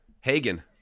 Hagen